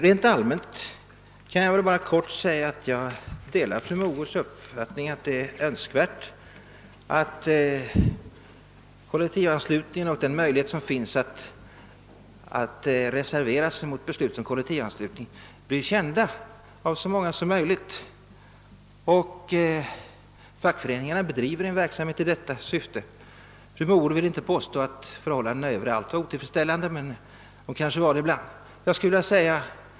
Rent allmänt vill jag bara helt kortfattat säga, att jag delar fru Mogårds uppfattning att det är önskvärt att möjligheten att reservera sig mot beslut om kollektivanslutning blir känd av så många som möjligt. Fackföreningarna bedriver en verksamhet i detta syfte. Fru Mogård vill inte påstå att förhållandena överallt är otillfredsställande, men hon menar att de kanske är det ibland.